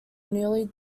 newly